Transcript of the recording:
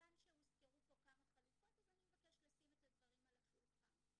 כיוון שהוזכרו פה כמה חלופות אני אבקש לשים את הדברים על השולחן.